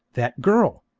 that girl!